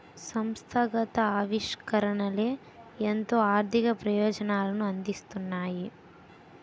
సంస్థాగత ఆవిష్కరణలే ఎంతో ఆర్థిక ప్రయోజనాలను అందిస్తున్నాయి